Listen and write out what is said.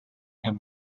him